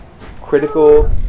critical